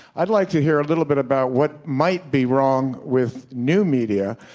i'd like to hear a little bit about what might be wrong with new media,